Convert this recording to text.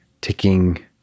ticking